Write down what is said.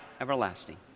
everlasting